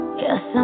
yes